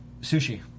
Sushi